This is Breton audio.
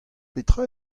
petra